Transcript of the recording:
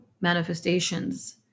manifestations